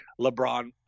LeBron